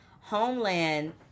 Homeland